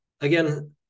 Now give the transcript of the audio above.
again